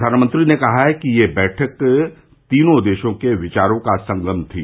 प्रधानमंत्री ने कहा कि ये बैठक तीनों देशों के विचारों का संगम थी